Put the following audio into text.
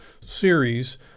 series